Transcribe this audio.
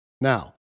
Now